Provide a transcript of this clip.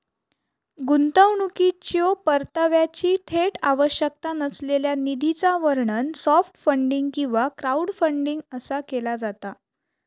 गुंतवणुकीच्यो परताव्याची थेट आवश्यकता नसलेल्या निधीचा वर्णन सॉफ्ट फंडिंग किंवा क्राऊडफंडिंग असा केला जाता